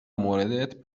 موردت